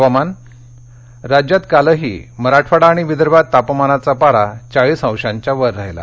हवामान राज्यात कालही मराठवाडा आणि विदर्भात तापमानाचा पारा चाळीस अंशांच्या वर राहिला